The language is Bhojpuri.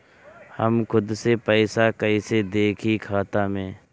हम खुद से पइसा कईसे देखी खाता में?